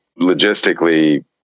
logistically